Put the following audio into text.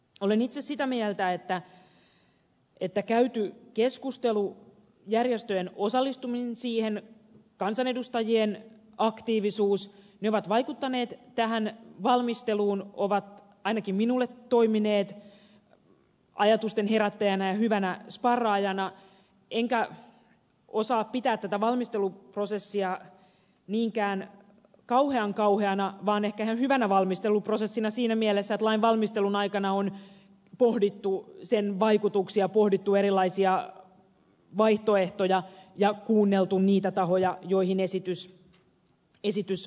olen itse sitä mieltä että käyty keskustelu järjestöjen osallistuminen siihen ja kansanedustajien aktiivisuus ovat vaikuttaneet tähän valmisteluun ovat ainakin minulle toimineet ajatusten herättäjänä ja hyvänä sparraajana enkä osaa pitää tätä valmisteluprosessia niinkään kauhean kauheana vaan ehkä ihan hyvänä valmisteluprosessina siinä mielessä että lain valmistelun aikana on pohdittu sen vaikutuksia pohdittu erilaisia vaihtoehtoja ja kuunneltu niitä tahoja joihin esitys vaikuttaa